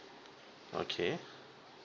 okay